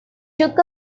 took